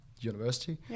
university